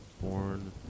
born